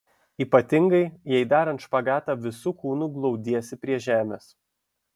ypatingai jei darant špagatą visu kūnu glaudiesi prie žemės